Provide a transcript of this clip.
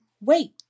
wait